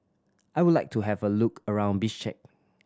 I would like to have a look around Bishkek